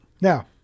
Now